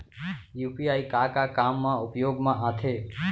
UPI का का काम मा उपयोग मा आथे?